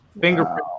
fingerprint